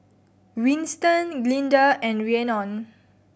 Winston Glynda and Rhiannon